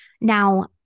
Now